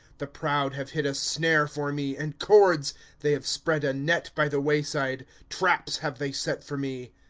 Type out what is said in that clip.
the proud have hid a snare for me, and cords they have spread a net by the way-side traps have they set for me.